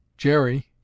Jerry